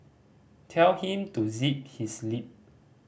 tell him to zip his lip